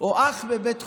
או אח בבית חולים.